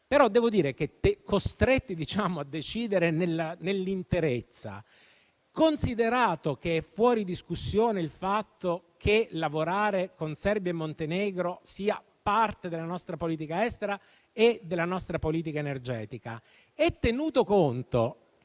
Devo dire, però, che costretti a decidere nell'interezza; considerato che è fuori discussione il fatto che lavorare con Serbia e Montenegro sia parte della nostra politica estera e della nostra politica energetica e tenuto conto